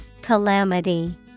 Calamity